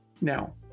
Now